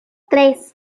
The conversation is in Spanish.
tres